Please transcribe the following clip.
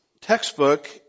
textbook